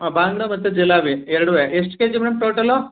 ಹಾಂ ಬಾಂಗ್ಡಾ ಮತ್ತು ಜಿಲೇಬಿ ಎರಡೂ ಎಷ್ಟು ಕೆ ಜಿ ಮೇಡಮ್ ಟೋಟಲು